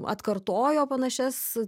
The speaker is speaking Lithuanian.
atkartojo panašias